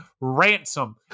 ransom